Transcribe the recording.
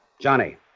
Johnny